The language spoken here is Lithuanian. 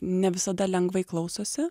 ne visada lengvai klausosi